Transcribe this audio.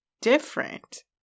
different